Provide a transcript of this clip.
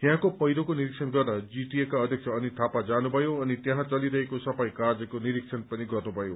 यहाँको पहिरोको निरीक्षण गर्न जीटीएका अध्यक्ष अनित थापा जानुभयो अनि त्यहाँ चलिरहेको सफाई कार्यको पनि निरीक्षण गर्नुभयो